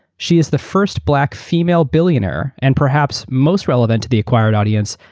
she is the first black female billionaire. and perhaps most relevant to the acquired auditions,